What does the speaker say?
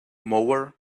mower